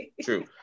True